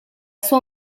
sua